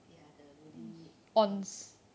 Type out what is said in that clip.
ya the the really ons